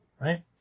right